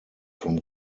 from